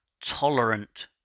tolerant